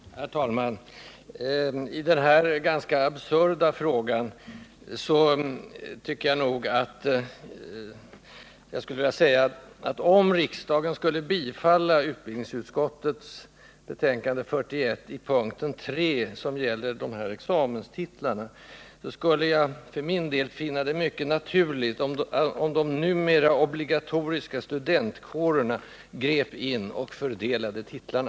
Herr talman! I den här ganska absurda frågan skulle jag vilja säga att om riksdagen bifaller utbildningsutskottets hemställan i betänkandet 41 under punkten 3, som gäller examenstitlar, vore det mycket naturligt om de numera obligatoriska studentkårerna grep in och blev de organ som utdelade titlarna.